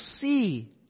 see